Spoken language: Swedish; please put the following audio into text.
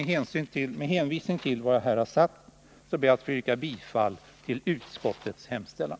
Med hänvisning till vad jag här har sagt ber jag att få yrka bifall till utskottets hemställan.